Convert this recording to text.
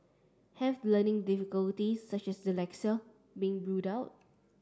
have learning difficulties such as dyslexia been ruled out